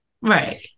Right